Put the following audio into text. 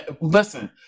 listen